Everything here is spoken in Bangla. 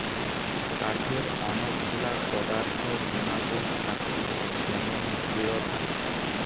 কাঠের অনেক গুলা পদার্থ গুনাগুন থাকতিছে যেমন দৃঢ়তা